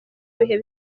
bihe